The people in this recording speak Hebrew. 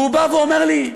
והוא בא ואומר לי: